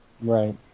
Right